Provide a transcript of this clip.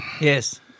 yes